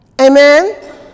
Amen